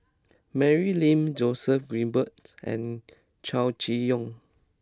Mary Lim Joseph Grimberg and Chow Chee Yong